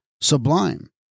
sublime